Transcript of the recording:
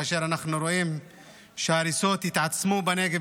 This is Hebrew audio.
כאשר אנחנו רואים שההריסות התעצמו בנגב